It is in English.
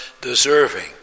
deserving